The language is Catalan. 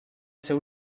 ser